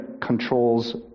controls